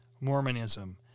Mormonism